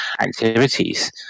activities